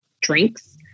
drinks